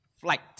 flight